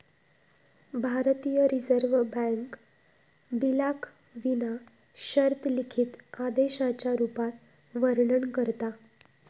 भारतीय reserve bank बिलाक विना शर्त लिखित आदेशाच्या रुपात वर्णन करता